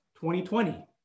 2020